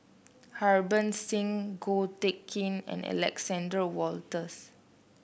Harbans Singh Ko Teck Kin and Alexander Wolters